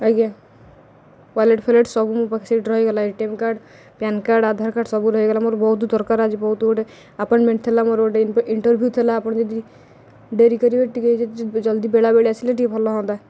ଆଜ୍ଞା ୱାଲେଟ୍ ଫ୍ୱାଲେଟ୍ ସବୁ ମୋ ପାଖେ ସେଇଠି ରହିଗଲା A T M card PAN card Aadhaar card ସବୁ ରହିଗଲା ମୋର ବହୁତ ଦରକାର ଆଜି ବହୁତ ଗୋଟେ ଆପଏଣ୍ଟ୍ମେଣ୍ଟ୍ ଥିଲା ମୋର ଗୋଟେ ଇଣ୍ଟରଭି୍ୟୁ ଥିଲା ଆପଣ ଯଦି ଡେରି କରିବେ ଟିକିଏ ଜଲ୍ଦି ବେଳା ବେଳି ଆସିଲେ ଟିକିଏ ଭଲ ହୁଅନ୍ତା